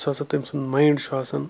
سُہ ہَسا تٔمۍ سُنٛد مایِنٛڈ چھُ آسان